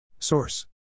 Source